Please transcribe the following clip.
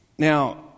Now